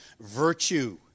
Virtue